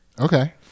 Okay